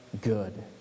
good